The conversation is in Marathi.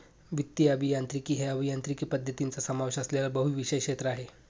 वित्तीय अभियांत्रिकी हे अभियांत्रिकी पद्धतींचा समावेश असलेले बहुविषय क्षेत्र आहे